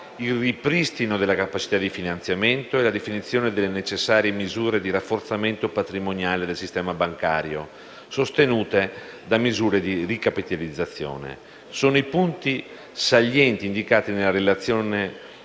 il ripristino della capacità di finanziamento e la definizione delle necessarie misure di rafforzamento patrimoniale del sistema bancario sostenute da misure di ricapitalizzazione. Sono questi i punti salienti indicati nella relazione